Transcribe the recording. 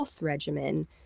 regimen